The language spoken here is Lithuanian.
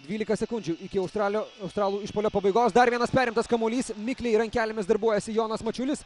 dvylika sekundžių iki australio australų išpuolio pabaigos dar vienas perimtas kamuolys mikliai rankelėmis darbuojasi jonas mačiulis